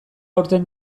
aurten